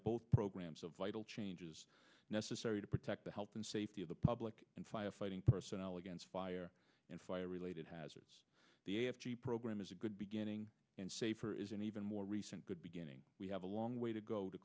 both programs of vital changes necessary to protect the health and safety of the public and firefighting personnel against fire and fire related hazards the f g program is a good beginning and safer is an even more recent good beginning we have a long way to go to